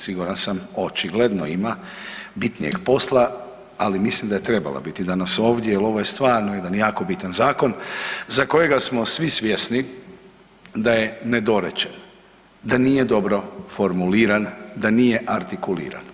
Siguran sam očigledno ima bitnijeg posla, ali mislim da je trebala danas biti ovdje jer ovo je stvarno jedan jako bitan zakon za kojega smo svi svjesni da je nedorečen, da nije dobro formuliran, da nije artikuliran.